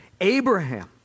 Abraham